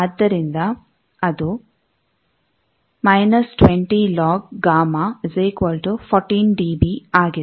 ಆದ್ದರಿಂದ ಅದು −20 log|Γ|14 dB ಆಗಿದೆ